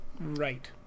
right